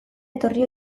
etorri